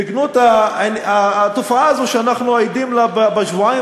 בגנות התופעה הזו שאנחנו עדים לה בשבועיים